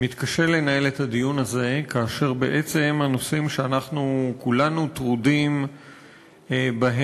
מתקשה לנהל את הדיון הזה כאשר בעצם הנושאים שאנחנו כולנו טרודים בהם,